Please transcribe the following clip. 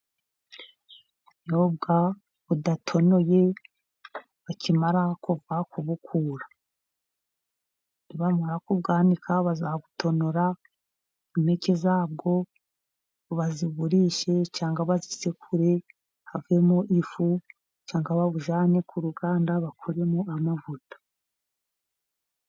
Ubunyobwa budatonoye, bakimara kuva kubukura ni bamara kubwanika bazabutonora, impeke zabwo bazigurishe cyangwa bazisekure havemo ifu, cyangwa babujyane ku ruganda bakuremo amavuta.